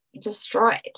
destroyed